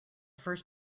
first